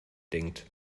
denkt